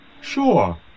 sure